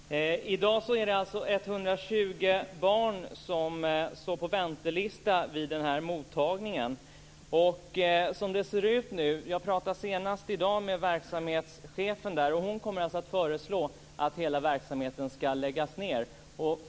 Herr talman! I dag är det 120 barn som står på väntelista till den här mottagningen. Jag pratade senast i dag med verksamhetschefen där, och hon kommer alltså att föreslå att hela verksamheten skall läggas ned.